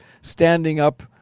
standing-up